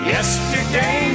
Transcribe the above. Yesterday